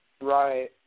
Right